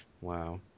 Wow